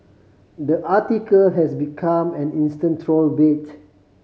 the article has become an instant troll bait